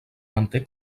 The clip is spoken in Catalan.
manté